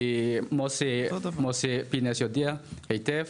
כמו שפינס יודע היטב,